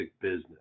business